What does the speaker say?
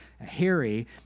Harry